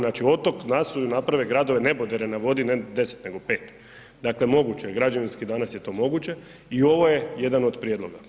Znači otok nasuju i naprave gradove, nebodere na vodi ne 10 nego 5. Dakle, moguće je građevinski je danas to moguće i ovo je jedan od prijedloga.